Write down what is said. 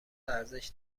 ارزش